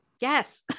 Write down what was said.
yes